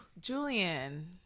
Julian